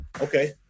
Okay